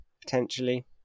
potentially